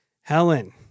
Helen